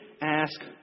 ask